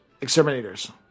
exterminators